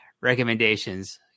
recommendations